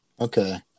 Okay